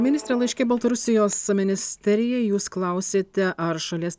ministre laiške baltarusijos ministerijai jūs klausėte ar šalies